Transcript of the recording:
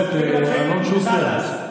חבר הכנסת אלון שוסטר,